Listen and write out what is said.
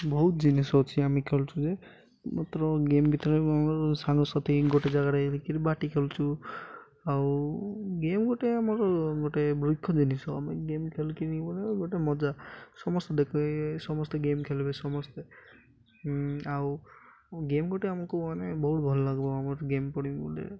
ବହୁତ ଜିନିଷ ଅଛି ଆମେ ଖେଳୁଛୁ ଯେ ମାତ୍ର ଗେମ୍ ଭିତରେ ଆମର ସାଙ୍ଗସାଥି ଗୋଟେ ଜାଗାରେ ବାଟି ଖେଳୁଛୁ ଆଉ ଗେମ୍ ଗୋଟେ ଆମର ଗୋଟେ ମୁଖ୍ୟ ଜିନିଷ ଆମେ ଗେମ୍ ଖେଳିକିନି ବୋଲେ ଗୋଟେ ମଜା ସମସ୍ତେ ଦେଖିବେ ସମସ୍ତେ ଗେମ୍ ଖେଳିବେ ସମସ୍ତେ ଆଉ ଗେମ୍ ଗୋଟେ ଆମକୁ ମାନେ ବହୁତ ଭଲ ଲାଗିବ ଆମର ଗେମ୍ ପଡ଼ିବି ବୋଲେ